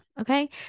Okay